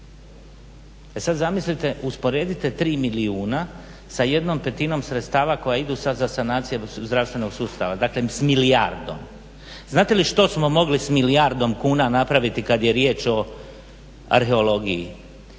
E sad zamislite, usporedite tri milijuna sa jednom petinom sredstava koja idu sad za sanacije zdravstvenog sustava, dakle s milijardom. Znate li što smo mogli s milijardom kuna napraviti kad je riječ o arheologiji?